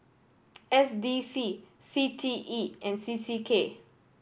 S D C C T E and C C K